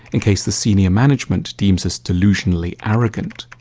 in case the senior management deems us delusionally arrogant.